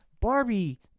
Barbie